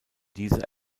diese